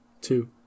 two